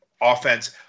offense